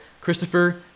Christopher